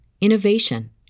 innovation